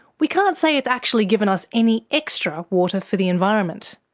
we can't say it's actually given us any extra water for the environment.